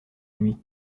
nuit